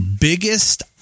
Biggest